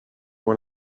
when